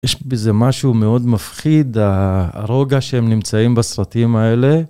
יש בזה משהו מאוד מפחיד, הרוגע שהם נמצאים בסרטים האלה.